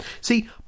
See